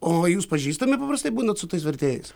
o jūs pažįstami paprastai būnat su tais vertėjais